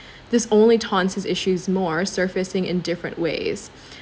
this only taunts his issues more surfacing in different ways